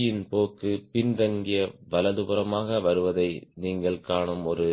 யின் போக்கு பின்தங்கிய வலதுபுறமாக வருவதை நீங்கள் காணும் ஒரு